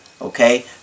okay